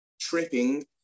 tripping